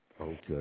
Okay